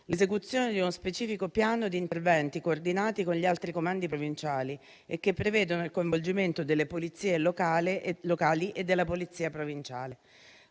l'esecuzione di uno specifico piano di interventi coordinati con gli altri Comandi provinciali e che prevedono il coinvolgimento delle polizie locali e della Polizia provinciale.